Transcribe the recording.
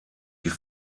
die